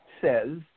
says